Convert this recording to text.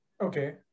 Okay